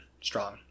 strong